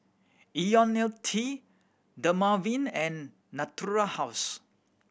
Ionil T Dermaveen and Natura House